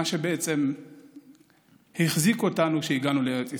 מה שהחזיק אותנו כשהגענו לארץ ישראל.